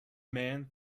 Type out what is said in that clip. man